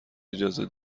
اجازه